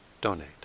donate